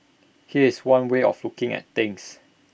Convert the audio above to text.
here's one way of looking at things